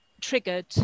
triggered